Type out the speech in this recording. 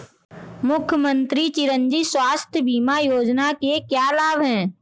मुख्यमंत्री चिरंजी स्वास्थ्य बीमा योजना के क्या लाभ हैं?